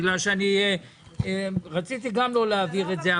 בגלל שרציתי לא להעביר את זה,